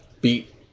beat